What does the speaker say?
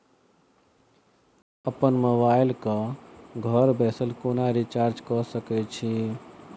हम अप्पन मोबाइल कऽ घर बैसल कोना रिचार्ज कऽ सकय छी?